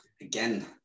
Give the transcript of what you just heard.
again